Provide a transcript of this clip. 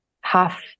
half